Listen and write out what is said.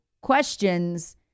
questions